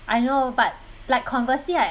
I know but like conversely I